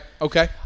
Okay